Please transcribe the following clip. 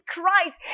Christ